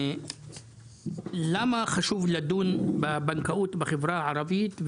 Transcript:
למה חשוב לדון בבנקאות בחברה הערבית,